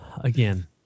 Again